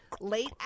late